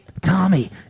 Tommy